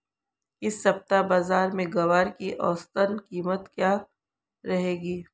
इस सप्ताह बाज़ार में ग्वार की औसतन कीमत क्या रहेगी?